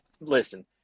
Listen